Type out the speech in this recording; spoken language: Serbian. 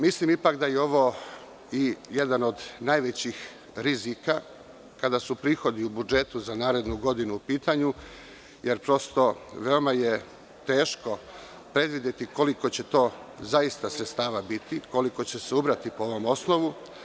Mislim ipak da je ovo jedan od najvećih rizika kada su prihodi u budžetu za narednu godinu u pitanju, jer prosto veoma je teško predvideti koliko će to zaista sredstava biti, koliko će se ubrati po ovom osnovu.